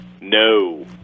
No